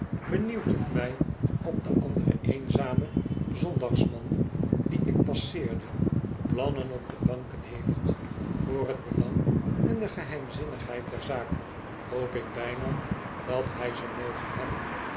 benieuwt het mij of de andere eenzame zondagsman dien ik passeerde plannen op de banken heeft voor t belang en de geheimzinnigheid der zaak hoop ik bijna dat hij ze moge hebben